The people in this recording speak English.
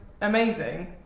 amazing